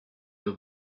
you